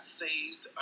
saved